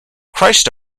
christ